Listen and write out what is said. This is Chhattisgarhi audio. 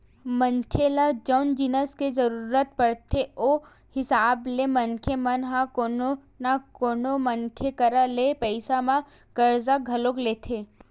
मनखे ल जउन जिनिस के जरुरत पड़थे ओ हिसाब ले मनखे मन ह कोनो न कोनो मनखे करा ले पइसा म करजा घलो लेथे